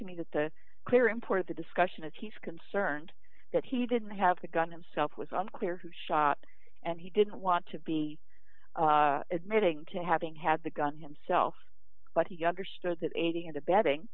to me that the clear import of the discussion is he's concerned that he didn't have a gun himself was unclear who shot and he didn't want to be admitting to having had the gun himself but he understood that aiding and abetting